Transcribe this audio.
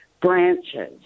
branches